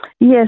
Yes